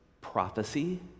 prophecy